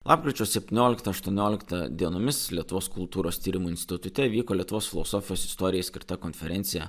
lapkričio septynioliktą aštuonioliktą dienomis lietuvos kultūros tyrimų institute vyko lietuvos filosofijos istorijai skirta konferencija